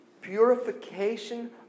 purification